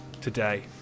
today